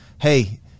hey